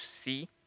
see